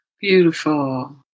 Beautiful